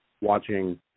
watching